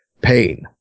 pain